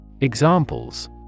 Examples